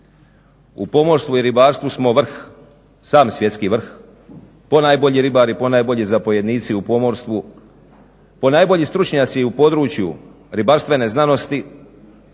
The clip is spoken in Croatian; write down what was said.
U pomorstvu i ribarstvu smo vrh, sam svjetski vrh, ponajbolji ribari, ponajbolji zapovjednici u pomorstvu, ponajbolji stručnjaci u području ribarstvene znanosti,